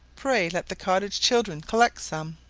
pray let the cottage-children collect some.